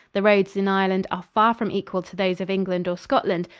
the roads in ireland are far from equal to those of england or scotland,